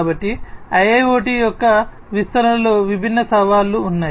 కాబట్టి IIoT యొక్క విస్తరణలో విభిన్న సవాళ్లు ఉన్నాయి